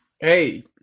Hey